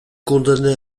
condamné